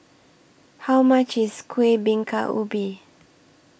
How much IS Kueh Bingka Ubi